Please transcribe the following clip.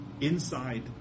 inside